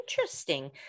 interesting